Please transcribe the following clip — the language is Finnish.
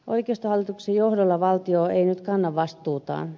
oikeistohallituksen johdolla valtio ei nyt kanna vastuutaan